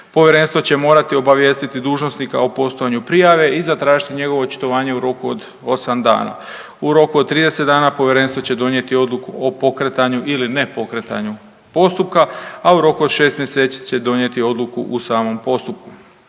Povjerenstvo će morati obavijestiti dužnosnika o postojanju prijave i zatražiti njegovo očitovanje u roku od 8 dana. U roku od 30 dana povjerenstvo će donijeti odluku o pokretanju ili ne pokretanju postupka, a u roku od 6 mjeseci će donijeti odluku u samom postupku.